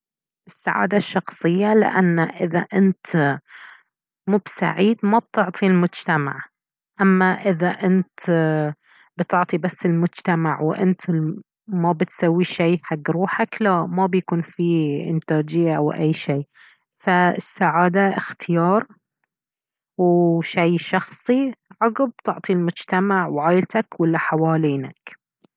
السعادة الشخصية لأنه إذا أنت مب سعيد ما بتعطي المجتمع أما إذا أنت بتعطي بس المجتمع وأنت ما بتسوي شي حق روحك لا ما بيكون فيه إنتاجية أو أي شي فالسعادة اختيار وشي شخصي عقب بتعطي المجتمع وعايلتك والي حوالينك